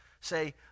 say